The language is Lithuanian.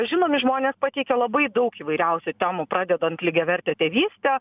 žinomi žmonės pateikia labai daug įvairiausių temų pradedant lygiaverte tėvyste